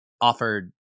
offered